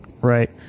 Right